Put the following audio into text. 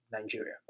Nigeria